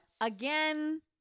Again